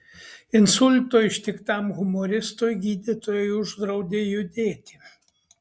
insulto ištiktam humoristui gydytojai uždraudė judėti